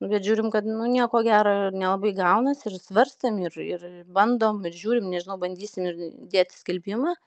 bet žiūrim kad nu nieko gero ir nelabai gaunasi ir svarstėm ir ir bandom ir žiūrim nežinau bandysim dėt skelbimą